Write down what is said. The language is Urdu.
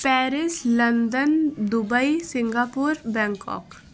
Paris London Dubai Singapore Bangkok